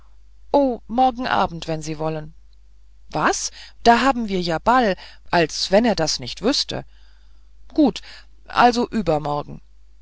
morgen abend wenn sie wollen was da haben wir ja ball als wenn er das nicht wüßte gut also übermorgen